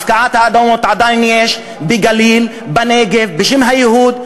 הפקעת אדמות עדיין יש בגליל, בנגב, בשם הייהוד.